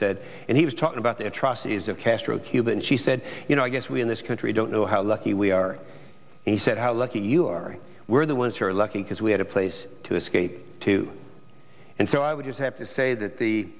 said and he was talking about the atrocities of castro's cuba and she said you know i guess we in this country don't know how lucky we are and he said how lucky you are we're the ones who are lucky because we had a place to escape to and so i would just have to say that the